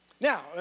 now